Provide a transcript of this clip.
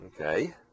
okay